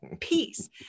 Peace